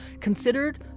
considered